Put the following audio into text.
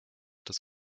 das